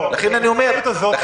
לכן אני אומר,